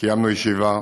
קיימנו ישיבה,